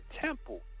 temple